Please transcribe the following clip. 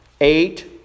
eight